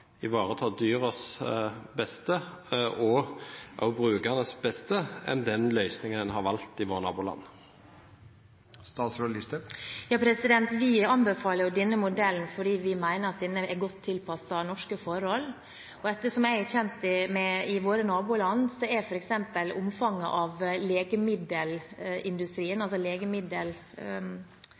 ivaretar dyrenes og brukernes beste enn den løsningen en har valgt i våre naboland? Vi anbefaler denne modellen fordi vi mener at den er godt tilpasset norske forhold. Etter det jeg er kjent med fra våre naboland, er f.eks. legemiddelindustrien større enn i Norge. Det er også en større forsøksdyrvirksomhet i noen av